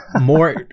more